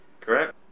Correct